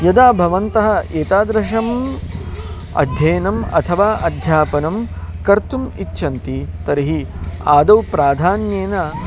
यदा भवन्तः एतादृशम् अध्ययनम् अथवा अध्यापनं कर्तुम् इच्छन्ति तर्हि आदौ प्राधान्येन